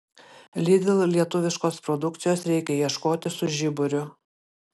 lidl lietuviškos produkcijos reikia ieškoti su žiburiu